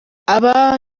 aba